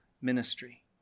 ministry